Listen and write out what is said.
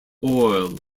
oil